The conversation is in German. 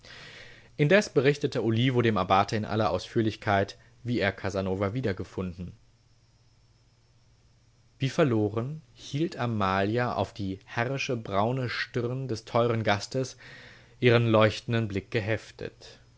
indes berichtete olivo dem abbate in aller ausführlichkeit wie er casanova wiedergefunden wie verloren hielt amalia auf die herrische braune stirn des teuren gastes ihren leuchtenden blick geheftet